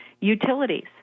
Utilities